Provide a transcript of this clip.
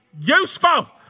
useful